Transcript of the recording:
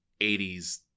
80s